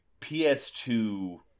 PS2